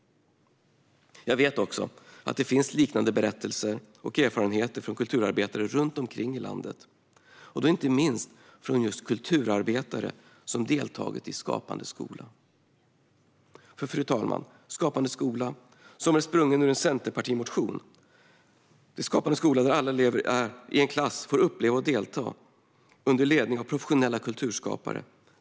Jag vet att det finns liknande berättelser och erfarenheter från kulturarbetare runt om i landet, inte minst från kulturarbetare som deltagit i just Skapande skola. Fru talman! Skapande skola, som är sprungen ur en motion från Centerpartiet, innebär att alla elever i en klass får uppleva och delta i kultur under ledning av professionella kulturskapare.